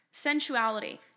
sensuality